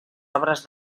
obres